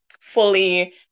fully